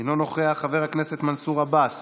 אינו נוכח, חבר הכנסת מנסור עבאס,